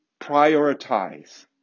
prioritize